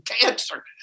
cancer